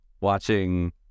watching